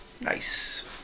Nice